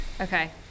Okay